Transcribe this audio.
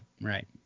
right